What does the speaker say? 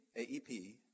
AEP